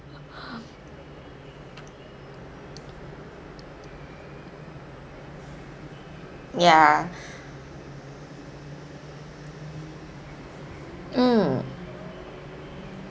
ya mm